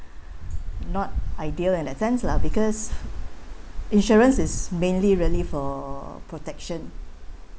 not ideal in that sense lah because insurance is mainly really for protection